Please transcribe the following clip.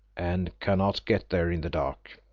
and cannot get there in the dark.